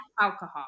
alcohol